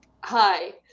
hi